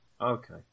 Okay